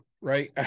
right